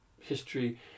history